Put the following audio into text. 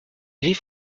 gris